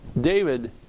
David